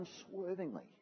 unswervingly